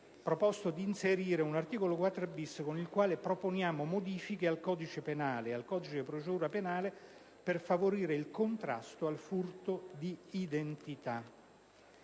proponiamo di inserire un articolo 4-*bis* con il quale proponiamo modifiche al codice penale e al codice di procedura penale per favorire il contrasto al furto d'identità.